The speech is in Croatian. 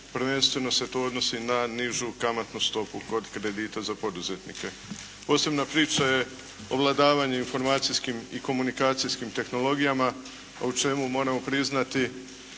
Prvenstveno se to odnosi na nižu kamatnu stopu kod kredita za poduzetnike. Posebna priča je ovladavanje informacijskim i komunikacijskim tehnologijama, a u čemu moramo priznati